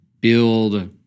build